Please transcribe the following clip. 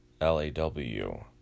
L-A-W